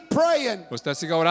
praying